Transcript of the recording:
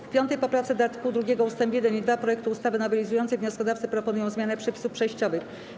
W 5. poprawce do art. 2 ust. 1 i 2 projektu ustawy nowelizującej wnioskodawcy proponują zmianę przepisów przejściowych.